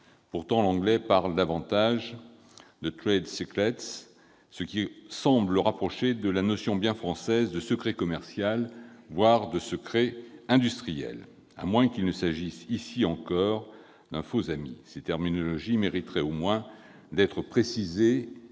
Pourtant, on parle en anglais davantage de «», ce qui semble se rapprocher de la notion, bien française, de « secret commercial », voire de « secret industriel », à moins qu'il ne s'agisse ici encore d'un faux ami ... Ces terminologies mériteraient au moins d'être précisées,